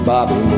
Bobby